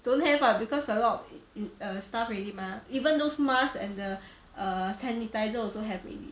don't have [what] because a lot err stuff already mah even those masks and the err sanitiser also have already